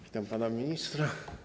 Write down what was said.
Witam pana ministra.